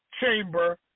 chamber